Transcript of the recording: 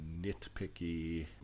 nitpicky